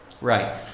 Right